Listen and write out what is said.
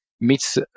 meets